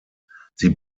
sie